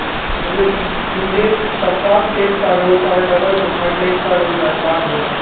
مجھے مجھے شفاف ٹیپ کا رول اور ڈبل روکھا ٹیپ کا رول درکار ہوگا